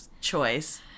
Choice